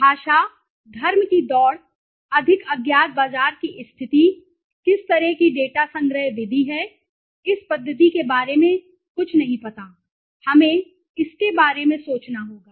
भाषा धर्म की दौड़ अधिक अज्ञात बाजार की स्थिति किस तरह की डेटा संग्रह विधि है इस पद्धति के बारे में मुझे नहीं पता हमें इसके बारे में सोचना होगा